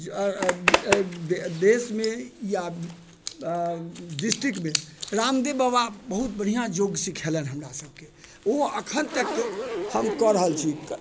अऽ देशमे या बी अऽ डिस्टिकमे रामदेब बाबा बहुत बढ़िआँ योग सिखेलनि हमरासबके ओ एखन तक हम कऽ रहल छी